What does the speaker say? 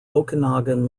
okanagan